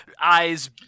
eyes